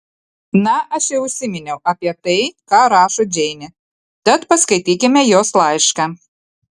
na aš jau užsiminiau apie tai ką rašo džeinė tad paskaitykime jos laišką